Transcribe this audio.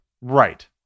Right